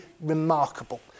remarkable